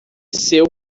seu